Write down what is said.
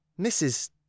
Mrs